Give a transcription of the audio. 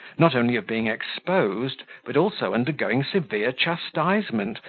not only of being exposed, but also undergoing severe chastisement,